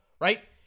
right